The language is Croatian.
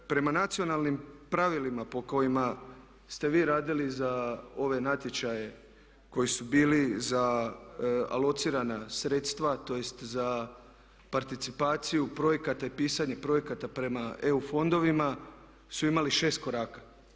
Prema nacionalnim pravilima po kojima ste vi radili za ove natječaje koji su bili za alocirana sredstva tj. za participaciju projekata i pisanje projekata prema EU fondovima su imali 6 koraka.